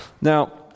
Now